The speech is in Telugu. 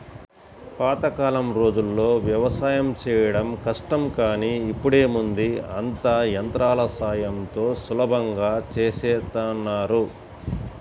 పాతకాలం రోజుల్లో యవసాయం చేయడం కష్టం గానీ ఇప్పుడేముంది అంతా యంత్రాల సాయంతో సులభంగా చేసేత్తన్నారు